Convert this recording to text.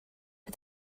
for